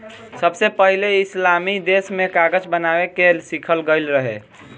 सबसे पहिले इस्लामी देश में कागज बनावे के सिखल गईल रहे